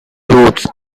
routes